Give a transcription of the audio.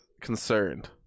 concerned